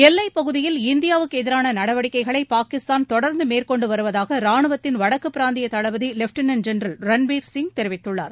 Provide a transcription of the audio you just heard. எல்லைப் பகுதியில் இந்தியாவுக்கு எதிரான நடவடிக்கைகளை பாகிஸ்தான் தொடர்ந்து மேற்கொண்டு வருவதாக ராணுவத்தின் வடக்குப் பிராந்திய தளபதி லெப்டினன்ட் ஜென்ரல் ரன்பீர் சிங் தெரிவித்துள்ளார்